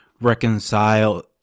reconcile